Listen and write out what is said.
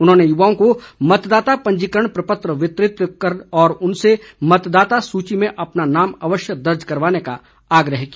उन्होंने युवाओं को मतदाता पंजीकरण प्रपत्र वितरित किए और उनसे मतदाता सूची में अपना नाम अवश्य दर्ज करवाने का आग्रह किया